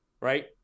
right